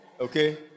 okay